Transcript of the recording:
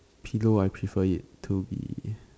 pillow I prefer it to be